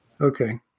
Okay